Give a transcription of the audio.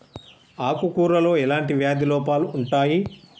ఆకు కూరలో ఎలాంటి వ్యాధి లోపాలు ఉంటాయి?